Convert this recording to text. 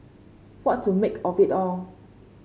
what to make of it all